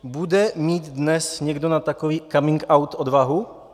Bude mít dnes někdo na takový coming out odvahu?